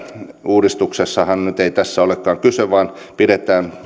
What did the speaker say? uudistuksessahan nyt ei tästä olekaan kyse vaan pidetään